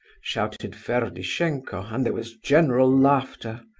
shouted ferdishenko, and there was general laughter.